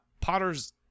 potters